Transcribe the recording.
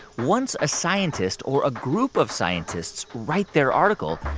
once a scientist or a group of scientists write their article,